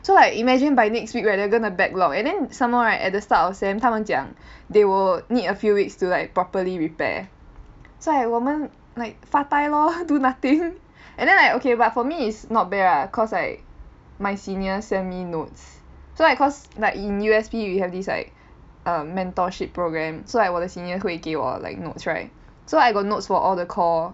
so like imagine by next week right they gonna backlog and then some more right at the start of sem 他们讲 they will need a few weeks to like properly repair so like 我们 like 发呆 lor do nothing and then like okay but for me is not bad lah cause like my seniors send me notes so I cause like in U_S_P you have this like err mentorship program so like 我的 senior 会给我 like notes right so I got notes for all the core